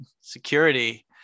Security